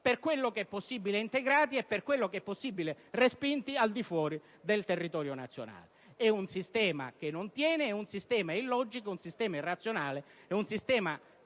per quello che è possibile integrati e per quello che è possibile respinti al di fuori del territorio nazionale. È un sistema che non tiene, è un sistema illogico e irrazionale, è un sistema